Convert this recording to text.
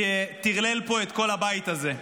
שטרלל פה את כל הבית הזה.